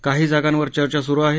काही जागांवर चर्चा सुरु आहे